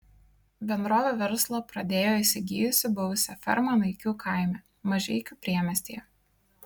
bendrovė verslą pradėjo įsigijusi buvusią fermą naikių kaime mažeikių priemiestyje